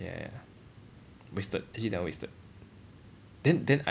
ya ya wasted actually that one wasted then then I